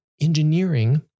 Engineering